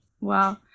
wow